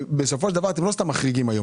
שבסופו של דבר אתם לא סתם מחריגים היום.